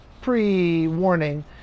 pre-warning